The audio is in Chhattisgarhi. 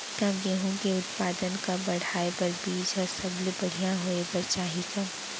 का गेहूँ के उत्पादन का बढ़ाये बर बीज ह सबले बढ़िया होय बर चाही का?